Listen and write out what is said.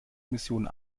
missionen